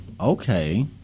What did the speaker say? okay